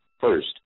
first